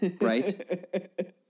right